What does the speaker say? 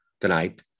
tonight